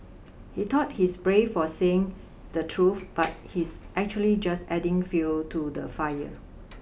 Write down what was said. he thought he's brave for saying the truth but he's actually just adding fuel to the fire